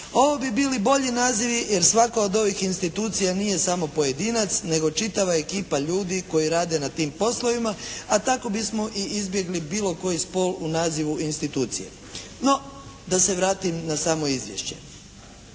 Ovo bi bili bolji nazivi jer svaka od ovih institucija nije pojedinac nego čitava ekipa ljudi koji rade na tim poslovima. A tako bismo i izbjegli bilo koji spol u nazivu institucije. No, da se vratim na samo izvješće.